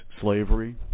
slavery